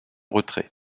retrait